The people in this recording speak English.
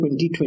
2020